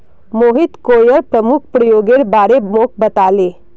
Mohit coir प्रमुख प्रयोगेर बारे मोक बताले